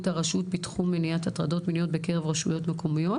הרשות בתחום מניעת הטרדות מיניות בקרב רשויות מקומיות.